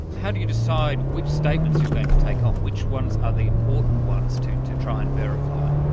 how do you decide which statements you're going to take on, which ones are the important ones to to try and verify?